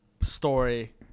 story